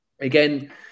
again